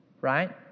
Right